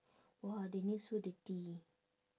!wah! the nail so dirty